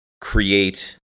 create